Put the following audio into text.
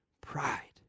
pride